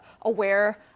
aware